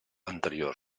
anterior